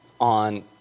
on